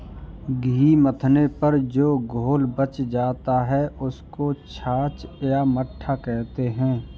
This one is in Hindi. घी मथने पर जो घोल बच जाता है, उसको छाछ या मट्ठा कहते हैं